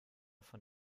von